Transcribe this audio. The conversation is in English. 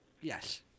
Yes